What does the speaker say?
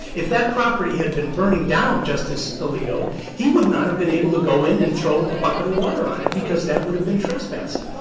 if that property had been burning down, justice alito, he would not have been able to go in and throw a bucket of water on it because that would have been trespassing.